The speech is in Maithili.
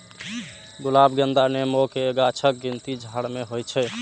गुलाब, गेंदा, नेबो के गाछक गिनती झाड़ मे होइ छै